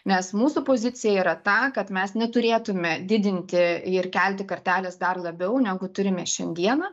nes mūsų pozicija yra ta kad mes neturėtume didinti ir kelti karteles dar labiau negu turime šiandieną